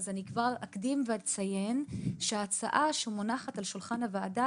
אקדים ואציין שההצעה שמונחת על שולחן הוועדה